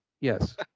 yes